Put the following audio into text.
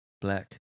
black